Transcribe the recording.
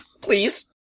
Please